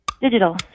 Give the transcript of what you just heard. Digital